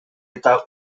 eta